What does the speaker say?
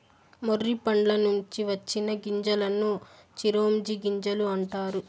మొర్రి పండ్ల నుంచి వచ్చిన గింజలను చిరోంజి గింజలు అంటారు